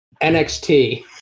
NXT